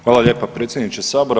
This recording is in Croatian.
Hvala lijepa predsjedniče Sabora.